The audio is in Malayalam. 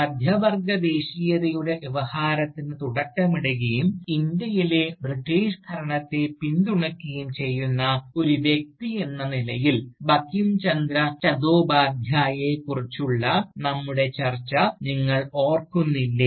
മധ്യവർഗ ദേശീയതയുടെ വ്യവഹാരത്തിന് തുടക്കമിടുകയും ഇന്ത്യയിലെ ബ്രിട്ടീഷ് ഭരണത്തെ പിന്തുണയ്ക്കുകയും ചെയ്യുന്ന ഒരു വ്യക്തിയെന്ന നിലയിൽ ബങ്കിം ചന്ദ്ര ചതോപാദ്ധ്യായയെ കുറിച്ചുള്ള നമ്മുടെ ചർച്ച നിങ്ങൾ ഓർക്കുന്നില്ലേ